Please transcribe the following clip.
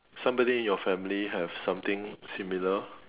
somebody in your family have something similar